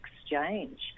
exchange